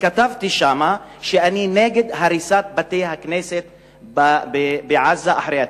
וכתבתי שם שאני נגד הריסת בתי-הכנסת בעזה אחרי ההתנתקות.